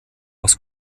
aus